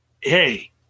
Hey